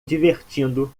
divertindo